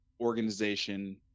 organization